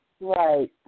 Right